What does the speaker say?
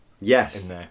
yes